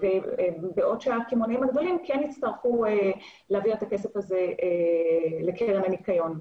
בעוד שהקמעונאים הגדולים כן יצטרכו להעביר את הכסף הזה לקרן הניקיון.